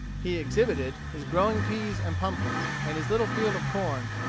he exhibited his growing peas and pumpkins, and his little field of corn,